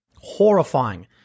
horrifying